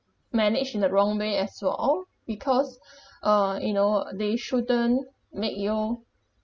managed in the wrong way as a whole because uh you know they shouldn't make you